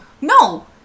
no